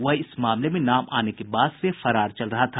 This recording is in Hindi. वह इस मामले में नाम आने के बाद से फरार चल रहा था